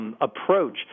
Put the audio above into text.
approach